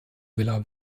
villa